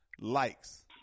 likes